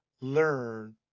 learn